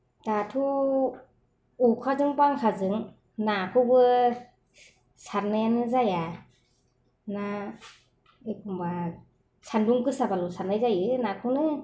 दाथ' अखाजों बांखाजों नाखौबो सारनायानो जाया ना एखम्बा सानदुं गोसाबाल' सारनाय जायो नाखौनो